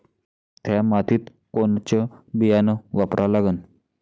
थ्या मातीत कोनचं बियानं वापरा लागन?